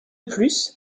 plus